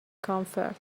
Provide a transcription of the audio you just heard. comfort